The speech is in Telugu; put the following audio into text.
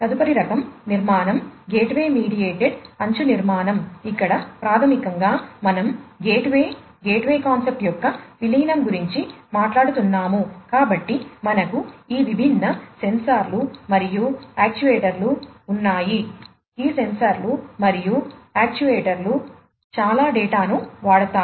తదుపరి రకం నిర్మాణం గేట్వే మెడియేటెడ్ కు పంపబడుతుంది